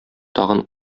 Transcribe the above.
тагын